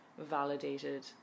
validated